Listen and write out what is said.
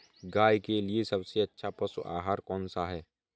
गाय के लिए सबसे अच्छा पशु आहार कौन सा है?